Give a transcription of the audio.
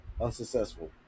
unsuccessful